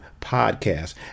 podcast